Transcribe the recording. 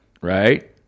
right